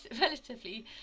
relatively